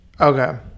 Okay